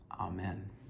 Amen